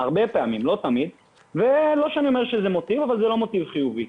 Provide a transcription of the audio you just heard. אני לא אומר שזה מוטיב, אבל לא מוטיב חיובי.